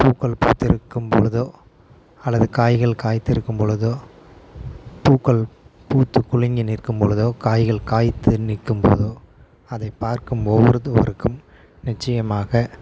பூக்கள் பூத்திருக்கும்பொழுதோ அல்லது காய்கள் காய்த்திருக்கும்பொழுதோ பூக்கள் பூத்து குலுங்கி நிற்கும்பொழுதோ காய்கள் காய்த்து நிற்கும்போதோ அதை பார்க்கும் ஒவ்வொருவருக்கும் நிச்சயமாக